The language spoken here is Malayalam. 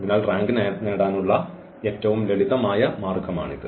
അതിനാൽ റാങ്ക് നേടാനുള്ള ഏറ്റവും ലളിതമായ മാർഗ്ഗമാണിത്